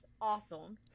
awesome